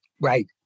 Right